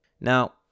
Now